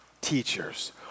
teachers